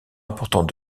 important